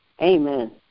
Amen